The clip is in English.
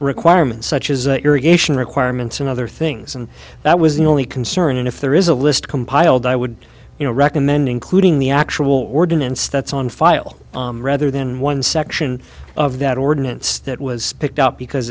requirements such as irrigation requirements and other things and that was the only concern and if there is a list compiled i would you know recommend including the actual ordinance that's on file rather than one section of that ordinance that was picked up because